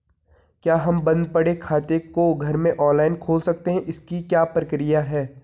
क्या हम बन्द पड़े खाते को घर में ऑनलाइन खोल सकते हैं इसकी क्या प्रक्रिया है?